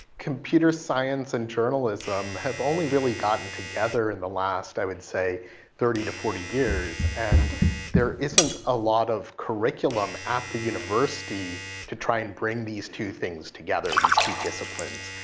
computer science and journalism have only really gotten together in the last, i would say thirty to forty years. and there isn't a lot of curriculum at the university to try to and bring these two things together, these two disciplines.